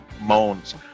moans